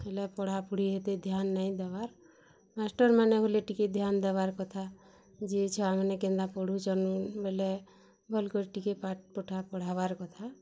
ପିଲା ଏତେ ପଢ଼ାପଢ଼ି ହେତେ ଧ୍ୟାନ୍ ନାଇ ଦେବାର୍ ମାଷ୍ଟର୍ମାନେ ବୋଲେ ଟିକେ ଧ୍ୟାନ୍ ଦେବାର୍ କଥା ଯେ ଛୁଆମାନେ କେନ୍ତା ପଢ଼ୁଛନ୍ ବେଲେ ଭଲ୍କରି ଟିକେ ପାଠ୍ ପୁଠା ପଢ଼ାବାର୍ କଥା